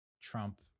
Trump